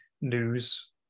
news